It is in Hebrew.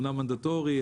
אומנם מנדטורי,